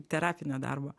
terapinio darbo